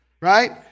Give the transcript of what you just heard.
Right